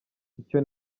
icyo